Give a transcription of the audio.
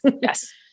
Yes